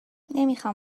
نمیخام